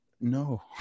no